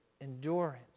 endurance